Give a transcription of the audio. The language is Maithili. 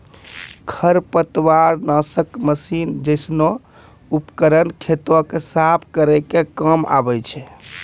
खरपतवार नासक मसीन जैसनो उपकरन खेतो क साफ करै के काम आवै छै